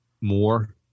more